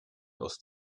aus